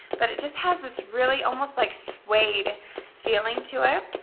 but it just has this really, almost like suede feeling to it.